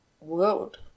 world